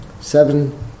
Seven